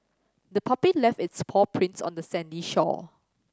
the puppy left its paw prints on the sandy shore